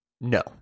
no